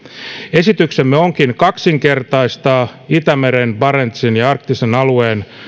esityksemme onkin kaksinkertaistaa itämeren barentsin ja arktisen alueen